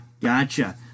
Gotcha